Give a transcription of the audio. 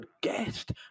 guest